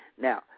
Now